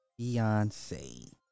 Beyonce